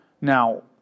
Now